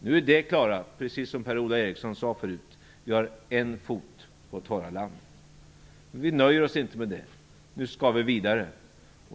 Nu är det, precis som Per-Ola Eriksson sade förut, avklarat. Vi har en fot på torra land. Men vi nöjer oss inte med det. Nu skall vi vidare.